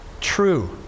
true